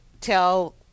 tell